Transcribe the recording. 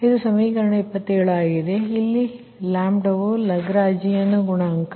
ಇದು ಸಮೀಕರಣ 27 ಆಗಿದೆ ಇಲ್ಲಿ ವು ಲಗ್ರಾಂಜಿಯನ್ ಗುಣಕ